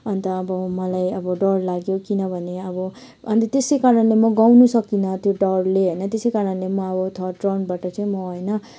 अन्त अब मलाई अब डर लाग्यो किनभने अब अन्त त्यसै कारणले म गाउनु सकिनँ त्यो डरले होइन त्यसै कारणले म अब थर्ड राउन्डबाट चाहिँ म होइन